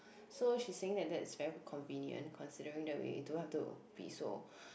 so she's saying that that's very convenient considering that we don't have to be so